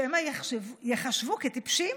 שמא ייחשבו כטיפשים.